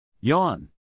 Yawn